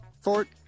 fort